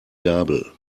gabel